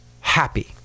happy